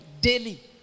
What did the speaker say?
daily